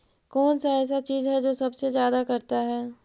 कौन सा ऐसा चीज है जो सबसे ज्यादा करता है?